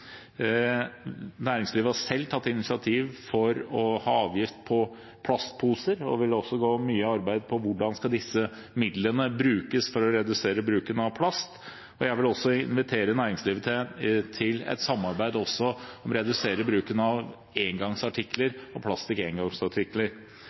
Næringslivet har selv tatt initiativ til avgift på plastposer og vil også arbeide med hvordan midlene skal brukes for å redusere bruken av plast. Jeg vil også invitere næringslivet til et samarbeid for å redusere bruken av